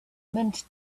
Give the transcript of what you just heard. mint